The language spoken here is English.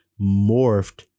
morphed